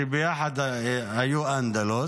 שביחד היו אנדלוס.